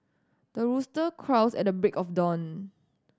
the rooster crows at the break of dawn